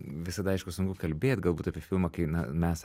visada aišku sunku kalbėt galbūt apie filmą kai na mes